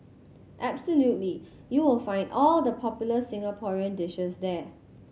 absolutely you will find all the popular Singaporean dishes there